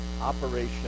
Operation